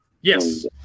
Yes